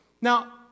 Now